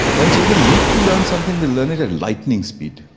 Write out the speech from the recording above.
when children need to learn something they learn it at lightning speed.